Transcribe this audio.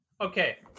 okay